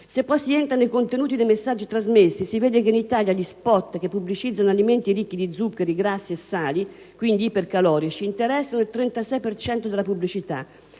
Se poi si entra nei contenuti dei messaggi trasmessi, si vede che in Italia gli *spot* che pubblicizzano alimenti ricchi di zuccheri, grassi e sali, quindi ipercalorici, interessano il 36 per cento della pubblicità